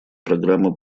программа